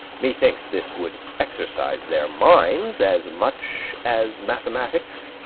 methinks this would exercise their minds as much as mathematics.